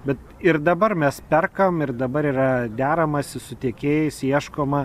bet ir dabar mes perkam ir dabar yra deramasi su tiekėjais ieškoma